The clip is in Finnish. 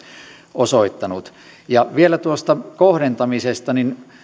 osoittanut ja vielä tuosta kohdentamisesta